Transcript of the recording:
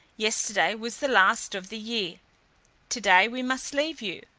yesterday was the last of the year to day we must leave you,